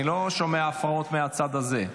אני לא שומע הפרעות מהצד הזה.